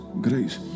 grace